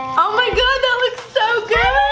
oh my god that looks so good